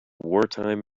wartime